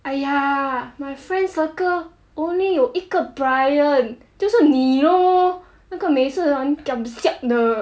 !aiya! my friends circle only 有一个 bryan 就是你 lor 那个每次很 kiam siap 的